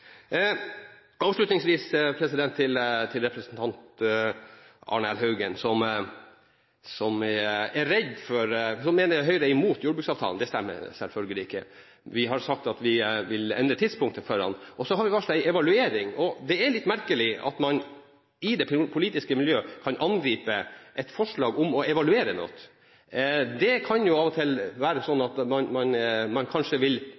Avslutningsvis til representanten Arne L. Haugen, som mener Høyre er imot jordbruksavtalen: Det stemmer selvfølgelig ikke. Vi har sagt at vi vil endre tidspunktet for behandlingen av den, og vi har varslet en evaluering. Det er litt merkelig at man i det politiske miljøet kan angripe et forslag om å evaluere noe. Det kan av og til være sånn at man kanskje vil